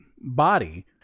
body